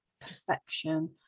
perfection